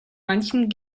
manchen